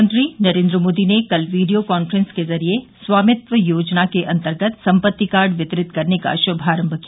प्रधानमंत्री नरेंद्र मोदी ने कल वीडियो कांफ्रेंस के जरिए स्वामित्व योजना के अंतर्गत सम्पत्ति कार्ड वितरित करने का शुभारंभ किया